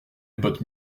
bottes